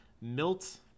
Milt